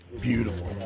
Beautiful